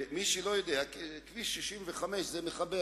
שמחבר